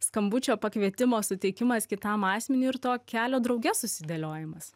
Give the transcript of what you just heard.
skambučio pakvietimo suteikimas kitam asmeniui ir to kelio drauge susidėliojamas